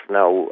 now